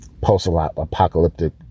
post-apocalyptic